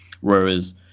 Whereas